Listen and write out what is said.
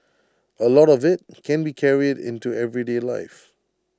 A lot of IT can be carried into everyday life